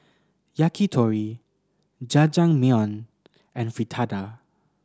Yakitori Jajangmyeon and Fritada